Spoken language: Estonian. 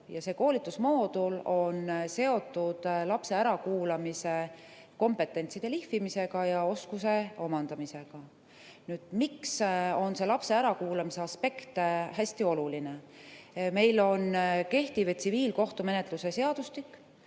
ja see koolitusmoodul on seotud lapse ärakuulamise kompetentsi lihvimisega ja oskuse omandamisega. Miks on see lapse ärakuulamise aspekt hästi oluline? Meil on kehtiv tsiviilkohtumenetluse seadustik,